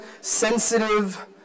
sensitive